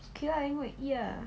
okay lah then go and eat lah